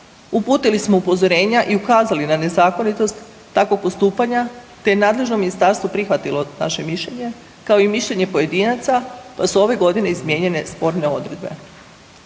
Uputili smo upozorenja i ukazali na nezakonitost takvog postupanja te je nadležno ministarstvo prihvatilo naše mišljenje kao i mišljenje pojedinaca pa su ove godine izmijenjene sporne odredbe.